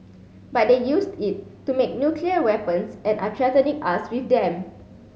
but they used it to make nuclear weapons and are threatening us with them